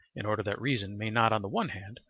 in order that reason may not on the one hand,